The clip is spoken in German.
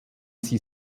sie